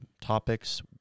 topics